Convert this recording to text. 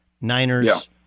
Niners